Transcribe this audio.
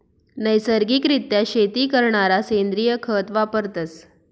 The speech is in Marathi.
नैसर्गिक रित्या शेती करणारा सेंद्रिय खत वापरतस